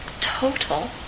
total